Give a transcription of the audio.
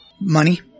Money